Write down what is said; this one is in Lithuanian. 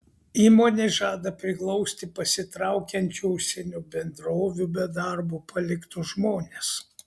įmonė žada priglausti pasitraukiančių užsienio bendrovių be darbo paliktus žmones